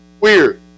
Weird